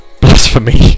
Blasphemy